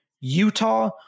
Utah